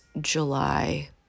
July